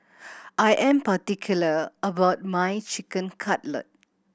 I am particular about my Chicken Cutlet